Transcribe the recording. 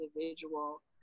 individual